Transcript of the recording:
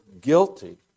guilty